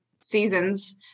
seasons